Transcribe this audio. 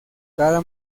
cada